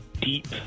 deep